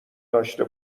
داشته